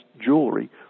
jewelry